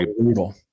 brutal